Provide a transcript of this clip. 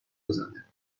بزنه